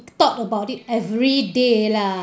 thought about it everyday lah